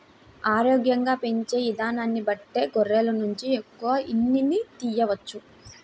ఆరోగ్యంగా పెంచే ఇదానాన్ని బట్టే గొర్రెల నుంచి ఎక్కువ ఉన్నిని తియ్యవచ్చు